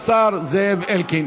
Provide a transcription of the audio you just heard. תודה לשר זאב אלקין.